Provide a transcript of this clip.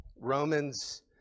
Romans